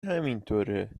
همینطوره